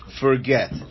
forget